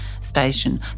station